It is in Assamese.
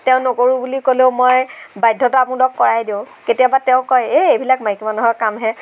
তেওঁ নকৰোঁ বুলি ক'লেও মই বাধ্যতামূলক কৰাই দিওঁ কেতিয়াবা তেওঁ কয় এই এইবিলাক মাইকী মানুহৰ কামহে